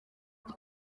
hari